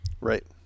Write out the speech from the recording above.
Right